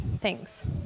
Thanks